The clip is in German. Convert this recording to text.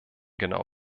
genau